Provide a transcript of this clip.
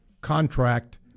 contract